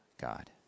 God